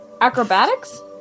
Acrobatics